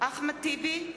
אחמד טיבי,